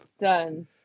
Done